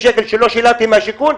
מיליון שלא שילמתם במשרד השיכון,